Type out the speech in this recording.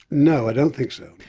no, i don't think so.